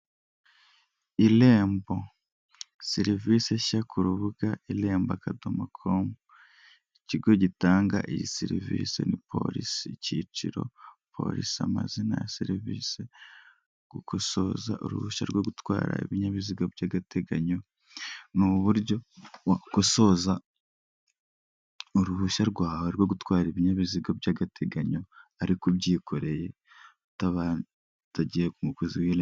Irembo serivisi nshya ku rubuga irembo akadomo komu, ikigo gitanga iyi serivisi, ni polisi icyiciro polisi amazina ya serivisie, gukosoza uruhushya rwo gutwara ibinyabiziga by'agateganyo, ni uburyo wakosoza uruhushya rwawe rwo gutwara ibinyabiziga by'agateganyo ariko ubyikoreye utabanje utagiye ku mukozi wi.